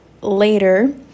later